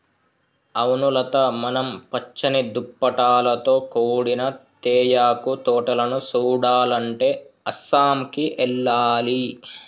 అవును లత మనం పచ్చని దుప్పటాలతో కూడిన తేయాకు తోటలను సుడాలంటే అస్సాంకి ఎల్లాలి